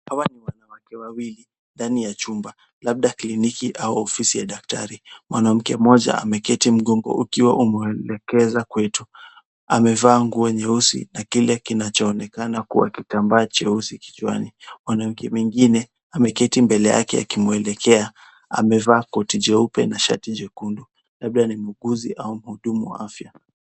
Hawa ni wanawake wawili ndani ya chumba, labda ni kliniki au ofisi ya daktari. Mwanamke mmoja ameketi mgongo ukiwa umeelekezwa kwetu. Amevaa nguo nyeusi na kile kinaonekana kuwa kitambaa cheusi kichwani. Mwanamke mwingine ameketi mbele yake akimwelekea. Amevaa koti jeupe na shati jekundu, labda ni muuguzi au mhudumu wa afya.